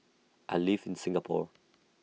I live in Singapore